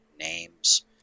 names